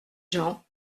jean